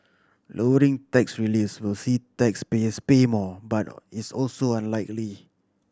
lowering tax reliefs will see taxpayers pay more but is also unlikely